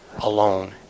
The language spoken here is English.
alone